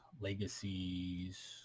legacies